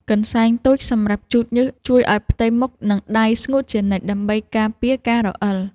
កន្សែងតូចសម្រាប់ជូតញើសជួយឱ្យផ្ទៃមុខ និងដៃស្ងួតជានិច្ច ដើម្បីការពារការរអិល។